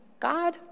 God